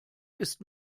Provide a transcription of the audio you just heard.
ist